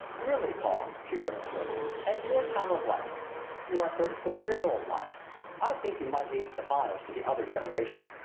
really, paul, she remonstrated, at your time of life you are thirty four years old, mind i think you might leave stephano's to the other generation!